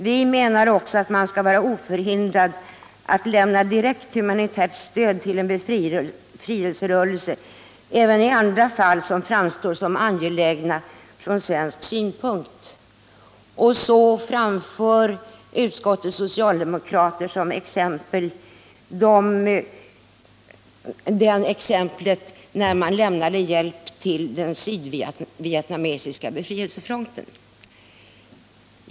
Vi menar också att man skall vara oförhindrad att lämna direkt humanitärt stöd till en befrielserörelse även i andra fall som framstår som angelägna från svensk synpunkt. Socialdemokraterna i utskottet anför som exempel hjälpen till den sydvietnamesiska befrielsefronten.